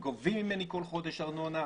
גובים ממני בכל חודש ארנונה,